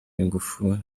w’ingufu